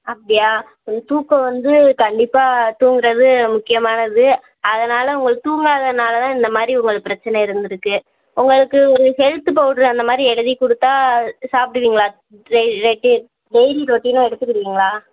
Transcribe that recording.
அப்படியா கொஞ்சம் தூக்கம் வந்து கண்டிப்பாக தூங்குகிறது முக்கியமான இது அதனால் உங்களுக்கு தூங்காதனால் தான் இந்த மாதிரி உங்களுக்கு பிரச்சனை இருந்திருக்கு உங்களுக்கு ஒரு ஹெல்த்து பவுட்ரு அந்த மாதிரி எழுதி கொடுத்தா சாப்பிடுவிங்களா டெய்லி ரொட்டீன்னா எடுத்துக்கிறிங்களா